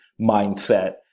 mindset